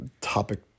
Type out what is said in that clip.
topic